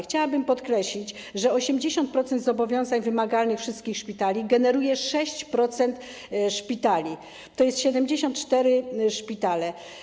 Chciałabym podkreślić, że 80% zobowiązań wymagalnych wszystkich szpitali generuje 6% szpitali, czyli 74 jednostki.